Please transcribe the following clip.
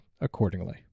accordingly